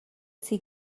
sea